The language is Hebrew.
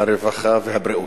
הרווחה והבריאות.